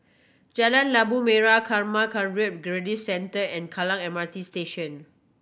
Jalan Labu Merah Karma Kagyud Buddhist Centre and Kallang M R T Station